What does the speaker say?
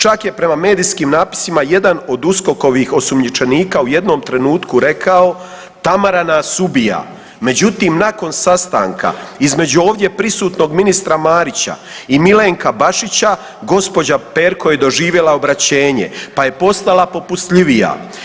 Čak je prema medijskim napisima jedan od USKOK-ovih osumnjičenika u jednom trenutku rekao Tamara nas ubija, međutim nakon sastanka između ovdje prisutnog ministra Marića i Milenka Bašića, gđa. Perko je doživjela obraćenje, pa je postala popustljivija.